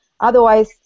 Otherwise